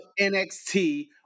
NXT